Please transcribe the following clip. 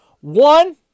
One